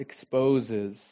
exposes